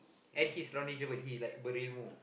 and he's knowledgeable he's like berilmu